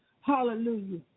Hallelujah